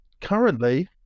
currently